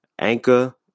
Anchor